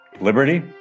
Liberty